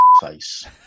face